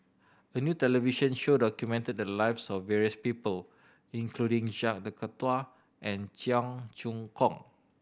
a new television show documented the lives of various people including Jacques De Coutre and Cheong Choong Kong